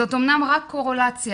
זאת אמנם רק קורלציה,